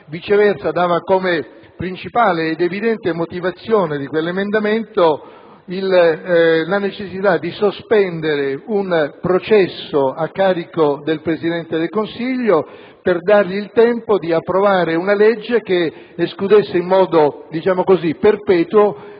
lettera dava come principale ed evidente motivazione di quell'emendamento la necessità di sospendere un processo a carico del Presidente del Consiglio per dargli il tempo di approvare una legge che escludesse in modo perpetuo